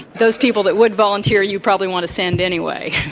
those people that would volunteer you'd probably want to send anyway.